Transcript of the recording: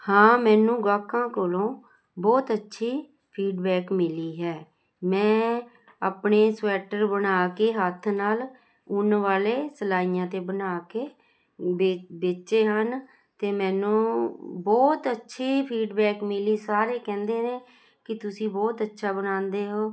ਹਾਂ ਮੈਨੂੰ ਗਾਹਕਾਂ ਕੋਲੋਂ ਬਹੁਤ ਅੱਛੀ ਫੀਡਬੈਕ ਮਿਲੀ ਹੈ ਮੈਂ ਆਪਣੇ ਸਵੈਟਰ ਬਣਾ ਕੇ ਹੱਥ ਨਾਲ ਉੱਨ ਵਾਲੇ ਸਿਲਾਈਆਂ 'ਤੇ ਬਣਾ ਕੇ ਵੇ ਵੇਚੇ ਹਨ ਅਤੇ ਮੈਨੂੰ ਬਹੁਤ ਅੱਛੀ ਫੀਡਬੈਕ ਮਿਲੀ ਸਾਰੇ ਕਹਿੰਦੇ ਨੇ ਕਿ ਤੁਸੀਂ ਬਹੁਤ ਅੱਛਾ ਬਣਾਉਂਦੇ ਹੋ